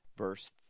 verse